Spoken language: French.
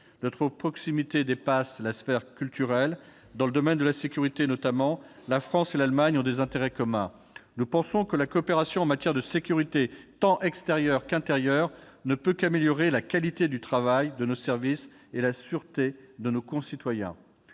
Notre proximité dépasse la sphère culturelle. Dans le domaine de la sécurité notamment, la France et l'Allemagne ont des intérêts communs. À nos yeux, la coopération en matière de sécurité tant extérieure qu'intérieure ne peut qu'améliorer la qualité du travail de nos services et la sûreté de nos concitoyens.